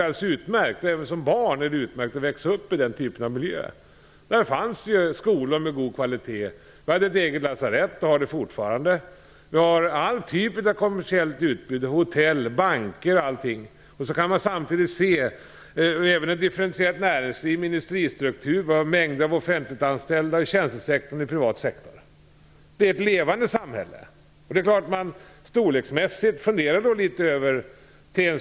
För vuxna, och även för barn, är det utmärkt att växa upp i den typen av miljö. Där fanns skolor med god kvalitet. Vi hade ett eget lasarett och har det fortfarande. Vi har all typ av kommersiellt utbud, hotell, banker och allting annat. Samtidigt kan man se även ett differentierat näringsliv med industristruktur, mängder av offentligt anställda, anställda i tjänstesektorn och i den privata sektorn. Det är ett levande samhälle. Det är klart att man funderar litet över det.